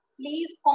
Please